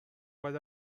بعد